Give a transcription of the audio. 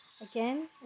again